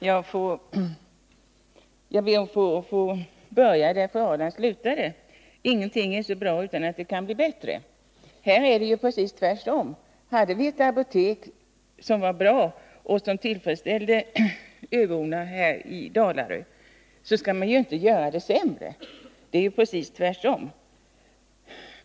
Herr talman! Jag ber att få börja där fru Ahrland slutade. Hon sade att ingenting är så bra att det inte kan bli bättre. Här är det precis tvärtom. Vi hade ett apotek på Dalarö som var bra och som öborna var nöjda med. Då skall man inte göra det sämre för öborna.